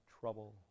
trouble